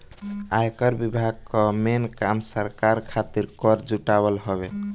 आयकर विभाग कअ मेन काम सरकार खातिर कर जुटावल हवे